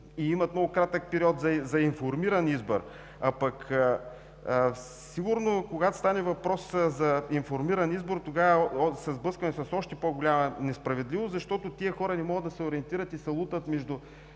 и имат много кратък период за информиран избор. Сигурно, когато стане въпрос за информиран избор, тогава се сблъскваме с още по-голяма несправедливост, защото тези хора не могат да се ориентират и се лутат между